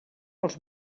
els